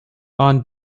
aunt